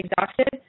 exhausted